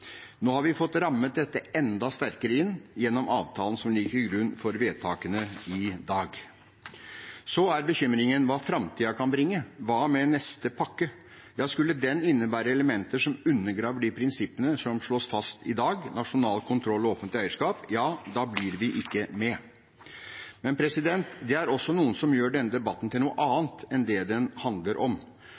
Nå har vi fått rammet dette enda sterkere inn gjennom avtalen som ligger til grunn for vedtakene i dag. Så er bekymringen hva framtiden kan bringe. Hva med neste pakke? Skulle den innebære elementer som undergraver de prinsippene som slås fast i dag, nasjonal kontroll og offentlig eierskap, blir vi ikke med. Men det er noen som gjør denne debatten til noe annet enn det den handler om.